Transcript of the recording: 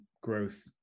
growth